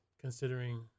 considering